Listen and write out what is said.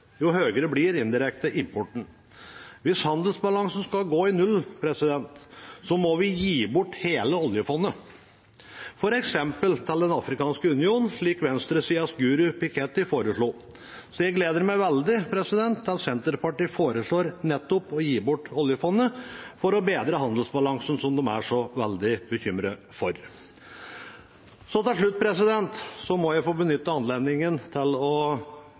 jo høyere oljepengeforbruk, jo høyere blir den indirekte importen. Hvis handelsbalansen skal gå i null, må vi gi bort hele oljefondet, f.eks. til Den afrikanske union, slik venstresidens guru Piketty foreslo. Så jeg gleder meg veldig til at Senterpartiet foreslår nettopp å gi bort oljefondet for å bedre handelsbalansen, som de er så veldig bekymret for. Siden jeg holder mitt siste innlegg her i denne sal som stortingsrepresentant, må jeg til slutt få benytte anledningen til